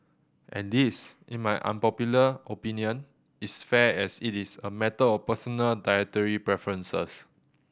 and this in my unpopular opinion is fair as it is a matter of personal dietary preferences